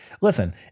listen